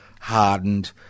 hardened